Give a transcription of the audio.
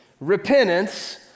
repentance